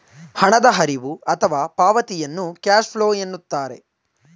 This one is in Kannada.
ಹಣದ ಹರಿವು ಅಥವಾ ಪಾವತಿಯನ್ನು ಕ್ಯಾಶ್ ಫ್ಲೋ ಎನ್ನುತ್ತಾರೆ